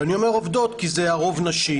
ואני אומר "עובדות, כי זה הרוב נשים